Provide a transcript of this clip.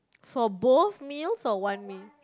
for both meals or one meal